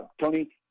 Tony